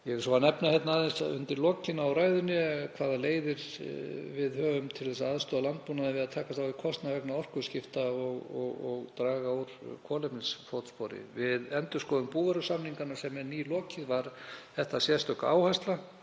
Ég vil svo nefna hér undir lokin á ræðunni hvaða leiðir við höfum til að aðstoða landbúnaðinn við að takast á við kostnað vegna orkuskipta og draga úr kolefnisfótspori. Við endurskoðun búvörusamninganna, sem er nýlokið, var þetta sérstök áhersla.